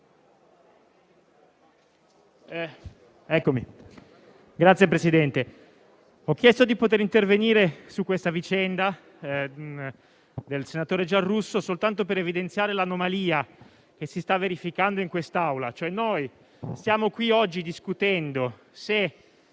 Signor Presidente, ho chiesto di intervenire sulla vicenda del senatore Giarrusso soltanto per evidenziare l'anomalia che si sta verificando in quest'Aula. Noi stiamo qui, oggi, discutendo se